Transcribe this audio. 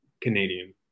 Canadian